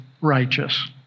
righteous